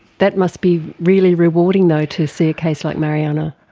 that must be really rewarding though, to see a case like mariana.